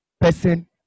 person